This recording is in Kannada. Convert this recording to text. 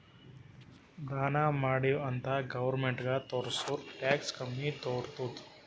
ದಾನಾ ಮಾಡಿವ್ ಅಂತ್ ಗೌರ್ಮೆಂಟ್ಗ ತೋರ್ಸುರ್ ಟ್ಯಾಕ್ಸ್ ಕಮ್ಮಿ ತೊತ್ತುದ್